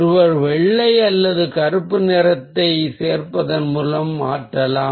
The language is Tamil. ஒருவர் வெள்ளை அல்லது கருப்பு நிறத்தை சேர்ப்பதன் மூலம் மாற்றலாம்